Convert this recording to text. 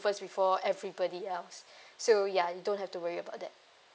first before everybody else so ya you don't have to worry about that